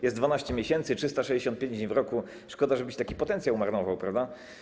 Jest 12 miesięcy, 365 dni w roku, szkoda, żeby się taki potencjał marnował, prawda?